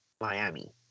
Miami